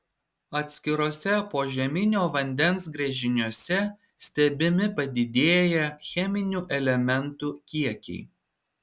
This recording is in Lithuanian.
atskiruose požeminio vandens gręžiniuose stebimi padidėję cheminių elementų kiekiai